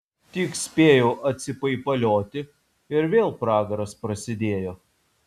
tik spėjau atsipaipalioti ir vėl pragaras prasidėjo